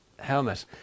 helmet